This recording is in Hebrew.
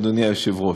אדוני היושב-ראש?